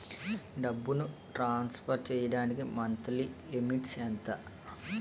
డబ్బును ట్రాన్సఫర్ చేయడానికి monthly limit ఎంత?